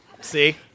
See